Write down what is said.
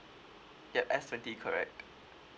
yup S twenty correct